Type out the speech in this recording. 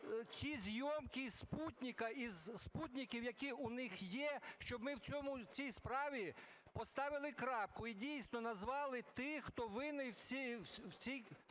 із супутників, які у них є, щоб ми в цій справі поставили крапку і дійсно назвали тих, хто винний в цій